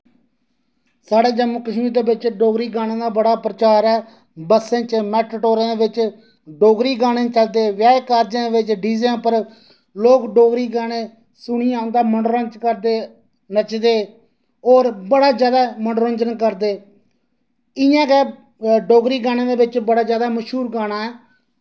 साढ़े जम्मू कश्मीर दे बिच डोगरी गाने दा बड़ा प्रचार ऐ बसें मैटाडोरें दे बिच डोगरी गाने चलदे ब्याहें कार्जें दे बिच डी जें ड उप्पर लोक डोगरी गाने सुनियै उंदा मनोरंज करदे नचदे और बड़ा ज्यादै मनोरंजन करदे इयां गै डोगरी गाने दे बिच मश्हूर गाना ऐ